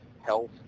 health